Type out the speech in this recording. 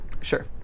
Sure